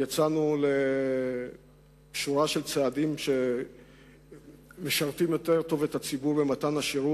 יצאנו בצעדים שמשרתים יותר טוב את הציבור במתן השירות,